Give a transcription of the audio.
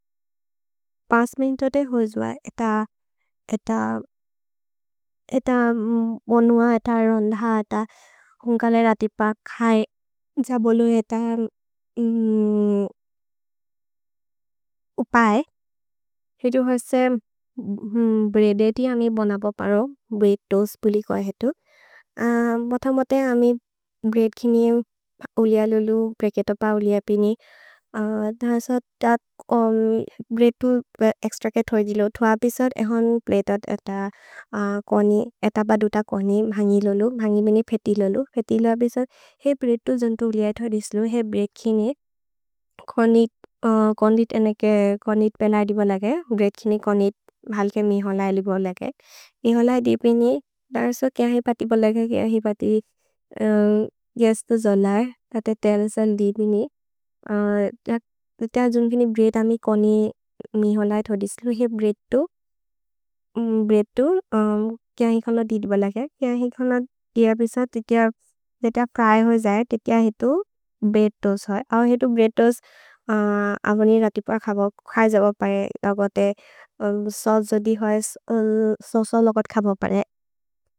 पास्मेइन्तोते होजुअ, एत एत मोनुअ, एत रोन्ध, एत हुन्कलेर् अतिप खै ज बोलु एत उपए हितु होज्से। भ्रेदेति अमि बोनबो परो भ्रेद् तोअस्त् पुलि कोइ हेतु मोथमोते अमि भ्रेद् किने उलेअ लुलु भ्रेद्केतो प उलेअ। पिनि दनस एत भ्रेद् तो एक्स्त्र केत् होजिलो थुअ पिसर् एहोन् प्लेतत् एत कनि एत ब दुत कनि म्हन्गि लुलु। म्हन्गि बिनि फेति लुलु फेति लुअ पिसर् हे ब्रेद् तो जुन्तो उलेअ एथ दिस्लु हे ब्रेद् किने कनि कोन्दित् एनेके। कोन्दित् पेन अदिब लगे भ्रेद् किने कोन्दित् भ्हल्के मिहोल अदिब लगे मिहोल अदिबिनि दनस केहहि पति बोलगे। केहहि पति गस् तो जोलर् तते तेल्सेल् दि बिनि एत जुन्तो बिनि भ्रेद् अमि कनि मिहोल एथ दिस्लु हे ब्रेद् तो भ्रेद् तो केहहि। कोन दिदिब लगे केहहि कोन दिय पिसर् तेतेअ तेतेअ प्रए होइ जये तेतेअ हेतु भ्रेद् तोस् होइ अहो हेतु ब्रेद् तोस् अबोनि। रति प खब ख्वज भो परे अगोते सोल् जोदि होइ सोल् सोल् लोगत् खब परे।